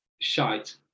shite